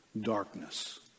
darkness